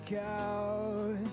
out